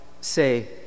say